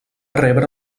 rebre